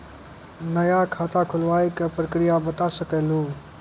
नया खाता खुलवाए के प्रक्रिया बता सके लू?